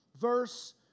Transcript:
verse